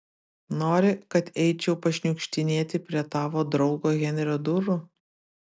nori kad eičiau pašniukštinėti prie tavo draugo henrio durų